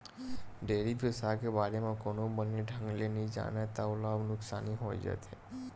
dairy बेवसाय के बारे म कोनो बने ढंग ले नइ जानय त ओला नुकसानी होइ जाथे